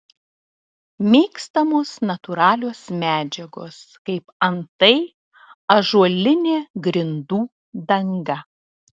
mėgstamos natūralios medžiagos kaip antai ąžuolinė grindų danga